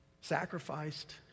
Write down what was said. sacrificed